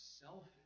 selfish